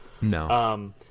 No